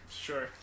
Sure